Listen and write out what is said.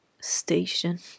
Station